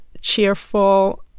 cheerful